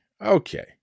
okay